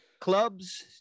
clubs